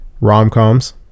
rom-coms